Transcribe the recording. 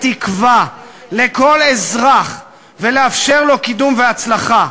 תקווה לכל אזרח ולאפשר לו קידום והצלחה".